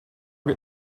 get